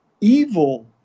evil